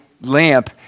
lamp